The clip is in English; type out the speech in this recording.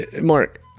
Mark